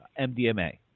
MDMA